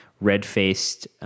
red-faced